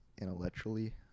intellectually